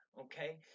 Okay